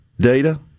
data